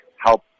help